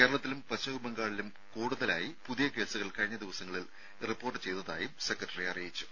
കേരളത്തിലും പശ്ചിമ ബംഗാളിലും കൂടുതലായി പുതിയ കേസുകൾ കഴിഞ്ഞ ദിവസങ്ങളിൽ റിപ്പോർട്ട് ചെയ്തതായും അദ്ദേഹം അറിയിച്ചു